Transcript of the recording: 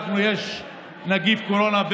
יש נגיף קורונה,